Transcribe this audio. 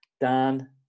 Dan